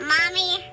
Mommy